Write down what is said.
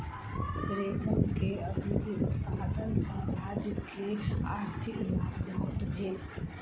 रेशम के अधिक उत्पादन सॅ राज्य के आर्थिक लाभ प्राप्त भेल